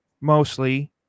mostly